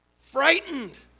frightened